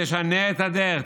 תשנה את הדרך,